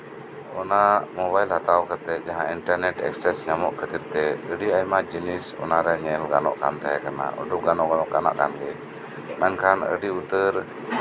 ᱚᱱᱟ ᱢᱳᱵᱟᱭᱤᱞ ᱤᱧ ᱦᱟᱛᱟᱣ ᱠᱟᱛᱮᱜ ᱡᱟᱦᱟᱸ ᱤᱱᱴᱟᱨᱱᱮᱴ ᱮᱠᱥᱮᱥ ᱧᱟᱢᱚᱜ ᱠᱷᱟᱹᱛᱤᱨᱛᱮ ᱟᱹᱰᱤ ᱟᱭᱢᱟ ᱡᱤᱱᱤᱥ ᱧᱮᱞ ᱜᱟᱱᱚᱜ ᱠᱟᱱ ᱛᱟᱦᱮᱸ ᱠᱟᱱᱟ ᱢᱮᱱᱠᱷᱟᱱ ᱟᱹᱰᱤ ᱩᱛᱟᱹᱨ